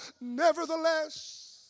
Nevertheless